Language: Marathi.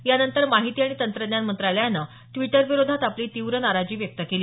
यांनतर माहिती आणि तंत्रज्ञान मंत्रालयानं द्विटरविरोधात आपली तीव्र नाराजी व्यक्त केली